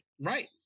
Right